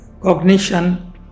cognition